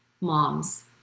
moms